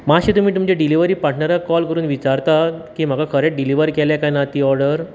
मात्शे तुमी तुमच्या डिलीवरी पार्टनराक कॉल करून विचारतात की म्हाका खरेंत डिलीवर केल्या कांय ना तीं ऑडर